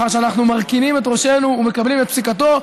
ואחר שאנחנו מרכינים את ראשנו ומקבלים את פסיקתו,